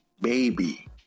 baby